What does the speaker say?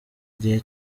gihe